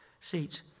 seats